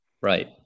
right